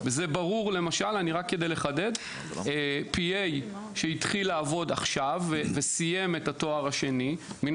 רק לחדד P.A שהתחיל לעבוד עכשיו וסיים את התואר השני מן